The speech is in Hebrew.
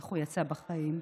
איך הוא יצא בחיים,